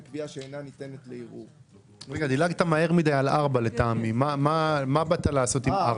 בקביעה שאינה ניתנת לערר או לערעור," מה המשמעות של פסקה (4)?